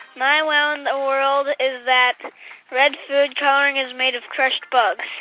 my wow in the world is that red food coloring is made of crushed bugs.